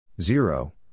Zero